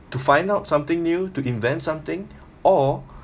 to find out something new to invent something or